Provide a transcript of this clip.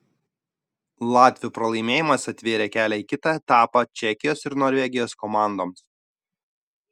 latvių pralaimėjimas atvėrė kelią į kitą etapą čekijos ir norvegijos komandoms